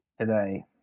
today